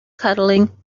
cuddling